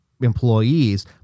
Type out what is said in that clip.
employees